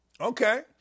Okay